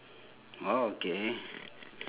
orh okay